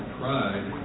pride